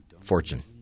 fortune